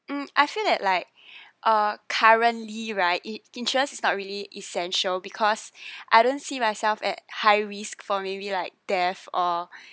hmm I feel that like uh currently right in~ insurance is not really essential because I don't see myself at high risk for maybe like death or